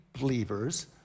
believers